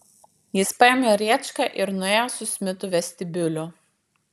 jis paėmė rėčką ir nuėjo su smitu vestibiuliu